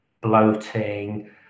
bloating